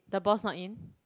the boss not in